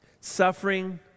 Suffering